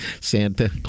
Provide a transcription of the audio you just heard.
Santa